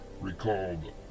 recalled